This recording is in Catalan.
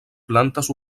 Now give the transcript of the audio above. plantes